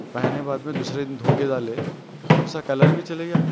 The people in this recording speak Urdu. پہنے بعد میں دوسرے دن دھوکے ڈالے اس کا کلر بھی چلے گیا